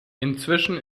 inzwischen